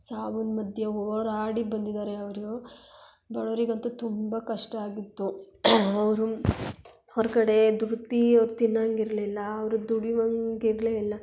ಸಾವಿನ್ ಮಧ್ಯೆ ಹೋರಾಡಿ ಬಂದಿದ್ದಾರೆ ಅವರು ಬಡವ್ರಿಗ್ ಅಂತೂ ತುಂಬ ಕಷ್ಟ ಆಗಿತ್ತು ಅವರು ಹೊರಗಡೆ ದುಡ್ದು ಅವ್ರು ತಿನ್ನಂಗೆ ಇರಲಿಲ್ಲ ಅವರು ದುಡಿವಂಗೆ ಇರಲೇ ಇಲ್ಲ